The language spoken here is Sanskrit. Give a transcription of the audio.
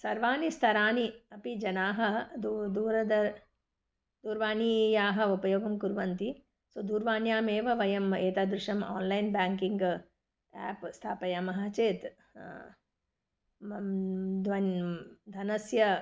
सर्वाणि स्तराणि अपि जनाः दू दूरद दूरवाण्याः उपयोगं कुर्वन्ति सो दूरवाण्यामेव वयम् एतादृशम् आन्लैन् बेङ्किङ्ग् आप् स्थापयामः चेत् द्वन् धनस्य